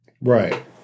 Right